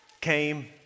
came